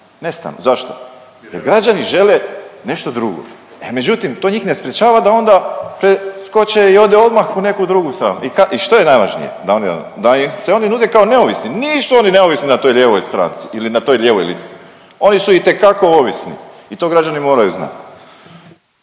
nestanu. Zašto? Jer građani žele nešto drugo. E međutim, to njih ne sprječava da onda skoče i ode odmah u neku drugu stranku i što je najvažnije? Da oni .../nerazumljivo/... da se oni nude kao neovisni, nisu oni neovisni na toj lijevoj stranci ili na toj lijevoj listi. Oni su itekako ovisni i to građani moraju znati.